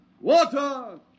Water